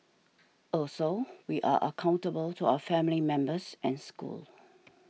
also we are accountable to our family members and school